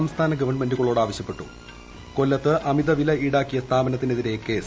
സംസ്ഥാന ഗവൺമെന്റുകളോട് ആവശ്യപ്പെട്ടു കൊല്ലത്ത് അമിതവില ഈടാക്കിയ സ്ഥാപനത്തിനെതിരെ കേസ്